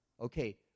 Okay